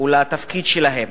ואת התפקיד שלהם.